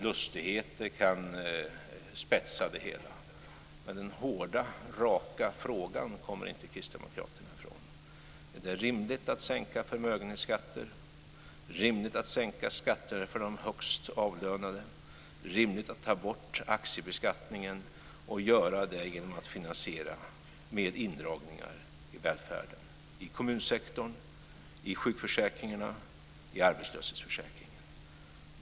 Lustigheter kan spetsa det hela. Men kristdemokraterna kommer inte ifrån den hårda, raka frågan. Är det rimligt att sänka förmögenhetsskatter och skatter för de högst avlönade? Är det rimligt att ta bort aktiebeskattningen och finansiera det med indragningar i välfärden - i kommunsektorn, sjukförsäkringarna och arbetslöshetsförsäkringen?